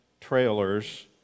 trailers